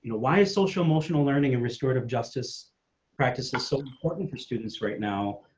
why is social emotional learning and restorative justice practices so important for students right now.